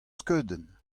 skeudenn